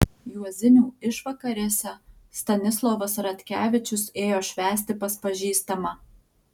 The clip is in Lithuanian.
juozinių išvakarėse stanislovas ratkevičius ėjo švęsti pas pažįstamą